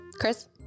Chris